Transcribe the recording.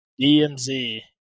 DMZ